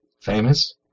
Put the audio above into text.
Famous